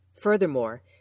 Furthermore